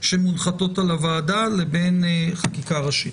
שמונחתות על הוועדה לבין חקיקה ראשית.